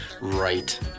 right